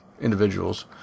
individuals